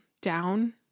down